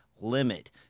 Limit